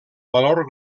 valor